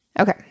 Okay